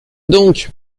donc